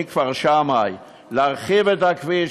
מכפר שמאי להרחיב את הכביש,